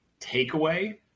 takeaway